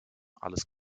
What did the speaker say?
alles